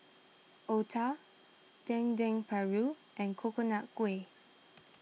Otah Dendeng Paru and Coconut Kuih